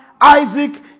Isaac